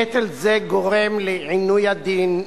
נטל זה גורם לעינוי הדין,